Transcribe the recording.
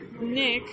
Nick